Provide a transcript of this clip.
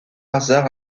hasard